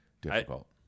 difficult